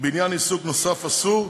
בעניין עיסוק נוסף אסור,